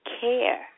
care